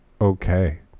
Okay